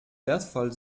wertvoll